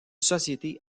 société